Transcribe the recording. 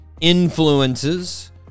influences